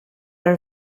are